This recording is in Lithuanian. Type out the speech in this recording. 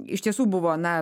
iš tiesų buvo na